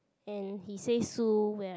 and he says sue where